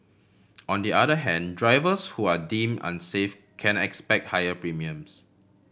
on the other hand drivers who are deem unsafe can expect higher premiums